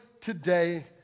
today